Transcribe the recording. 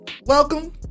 Welcome